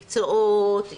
מקצועות,